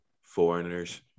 foreigners